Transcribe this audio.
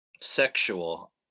sexual